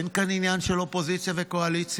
אין כאן עניין של אופוזיציה וקואליציה.